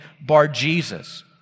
Bar-Jesus